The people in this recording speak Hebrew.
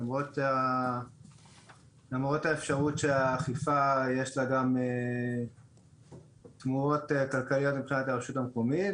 למרות האפשרות שהאכיפה יש לה גם תמורות כלכליות מבחינת הרשות המקומית,